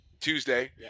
Tuesday